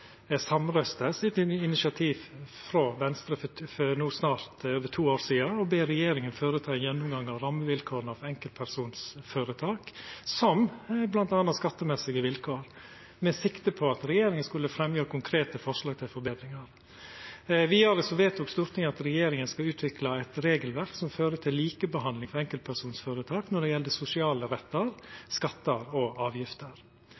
samrøystes etter initiativ frå Venstre for no snart over to år sidan, der me ber regjeringa gjere ein gjennomgang av rammevilkåra for enkeltpersonføretak, som m.a. skattemessige vilkår, med sikte på at regjeringa skulle fremja konkrete forslag til forbetringar. Vidare vedtok Stortinget at regjeringa skal utvikla eit regelverk som fører til likebehandling for enkeltpersonføretak når det gjeld sosiale rettar, skattar og avgifter.